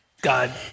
god